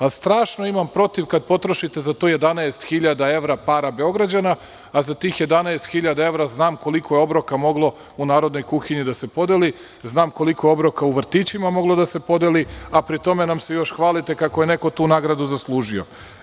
Ali strašno imam protiv kad potrošite za to 11.000 evra para Beograđana, a za tih 11.000 evra znam koliko je obroka moglo u narodnoj kuhinji da se podeli, znam koliko je obroka u vrtićima moglo da se podeli, a pri tome nam se još i hvalite kako je neko tu nagradu zaslužio.